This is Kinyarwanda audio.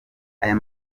ayo